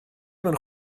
mewn